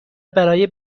برای